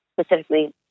specifically